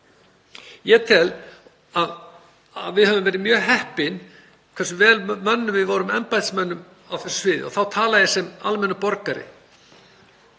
Ég tel að við höfum verið mjög heppin með það hversu vel mönnuð við vorum af embættismönnum á þessu sviði og þá tala ég sem almennur borgari.